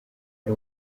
ari